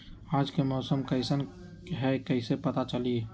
आज के मौसम कईसन हैं कईसे पता चली?